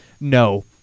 No